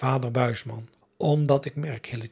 ader mdat ik merk